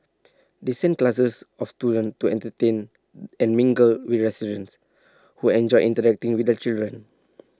they send classes of students to entertain and mingle with residents who enjoy interacting with the children